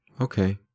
okay